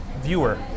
Viewer